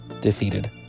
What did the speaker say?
defeated